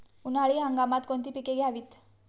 उन्हाळी हंगामात कोणती पिके घ्यावीत?